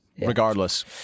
regardless